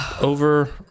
over